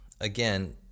Again